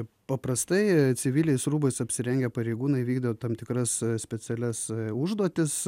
paprastai civiliais rūbais apsirengę pareigūnai vykdo tam tikras specialias užduotis